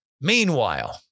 Meanwhile